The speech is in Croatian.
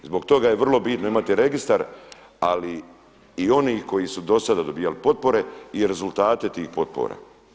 Zbog toga je vrlo bitno imati registar ali i oni koji su do sada dobijali potpore i rezultate tih potpora.